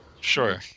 Sure